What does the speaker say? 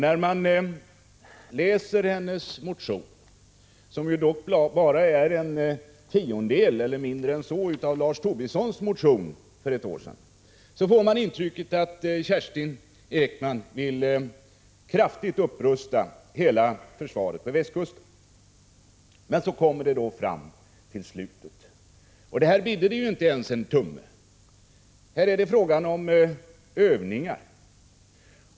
När man läser Kerstin Ekmans motion, som dock bara är en tiondel eller mindre än så av Lars Tobissons motion för ett år sedan, får man först intrycket att Kerstin Ekman vill kraftigt upprusta hela försvaret på västkusten. Men så kommer man fram till slutet, och då bidde det inte ens en tumme — här är det fråga om övningar.